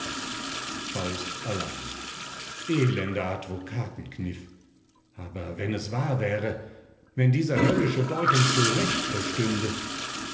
faust allein elender advocatenkniff aber wenn es wahr wäre wenn diese höllische deutung zu recht bestünde